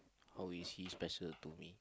how is he special to me